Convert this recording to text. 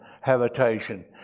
habitation